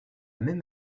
même